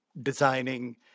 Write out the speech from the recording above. designing